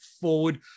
forward